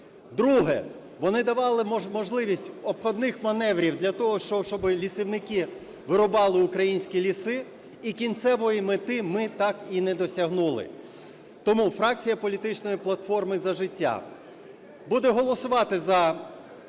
друге – вони давали можливість обходних маневрів для того, щоби лісівники вирубали українські ліси. І кінцевої мети ми так і не досягнули. Тому фракція політичної платформи "За життя" буде голосувати за